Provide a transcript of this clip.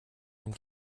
dem